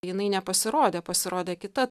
jinai nepasirodė pasirodė kita